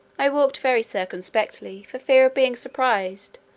i walked very circumspectly, for fear of being surprised,